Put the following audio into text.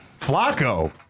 Flacco